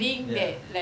ya